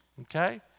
okay